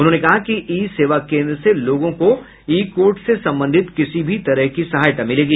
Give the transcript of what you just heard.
उन्होंने कहा कि ई सेवा केन्द्र से लोगों को ई कोर्ट से संबंधित किसी भी तरह की सहायता मिलेगी